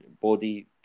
body